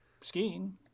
skiing